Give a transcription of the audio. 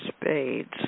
spades